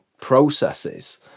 processes